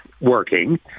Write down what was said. working